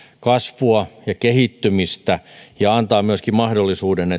kasvua ja kehittymistä ja antaa myöskin mahdollisuuden